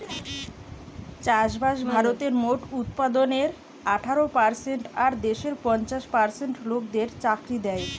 চাষবাস ভারতের মোট উৎপাদনের আঠারো পারসেন্ট আর দেশের পঞ্চাশ পার্সেন্ট লোকদের চাকরি দ্যায়